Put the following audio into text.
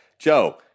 Joe